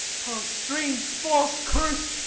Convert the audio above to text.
oh, strange, false curse!